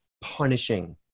punishing